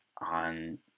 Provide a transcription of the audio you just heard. on